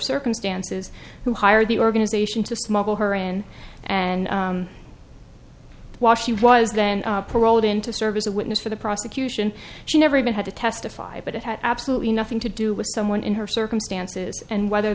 circumstances who hired the organization to smuggle her in and washee was then paroled in to serve as a witness for the prosecution she never even had to testify but it had absolutely nothing to do with someone in her circumstances and whether